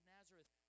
Nazareth